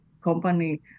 company